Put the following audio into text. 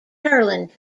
hurling